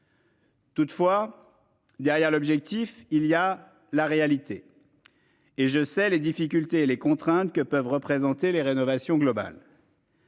Toutefois derrière l'objectif il y a la réalité. Et je sais les difficultés et les contraintes que peuvent représenter les rénovations globales.